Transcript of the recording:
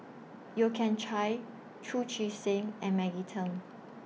Yeo Kian Chye Chu Chee Seng and Maggie Teng